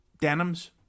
denims